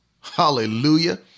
Hallelujah